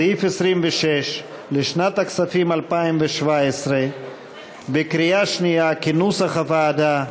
סעיף 26 לשנת הכספים 2017, כנוסח הוועדה,